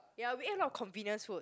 ya we ate a lot of convenience food